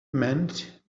meant